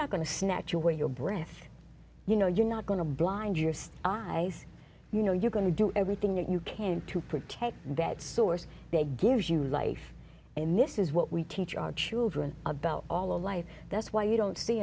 not going to snatch away your breath you know you're not going to blind your stuff i you know you're going to do everything that you can to protect that source they gives you life and this is what we teach our children about all of life that's why you don't see